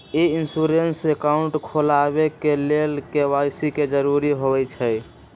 ई insurance account खोलबाबे के लेल के.वाई.सी के जरूरी होइ छै